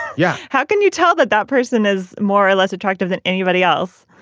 yeah. how can you tell that that person is more or less attractive than anybody else?